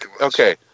Okay